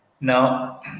Now